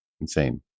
insane